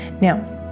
Now